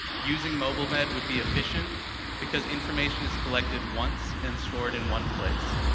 using mobile-med would be efficient because information is collected once and stored in one place.